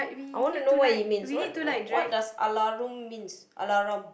I want to know what it means what what does alarum means alarum